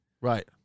Right